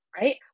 right